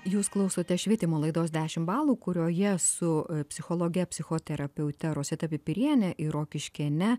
jūs klausote švietimo laidos dešimt balų kurioje su psichologe psichoterapeute rosita pipiriene ir rokiškėne